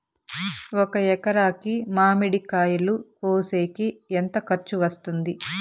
ఒక ఎకరాకి మామిడి కాయలు కోసేకి ఎంత ఖర్చు వస్తుంది?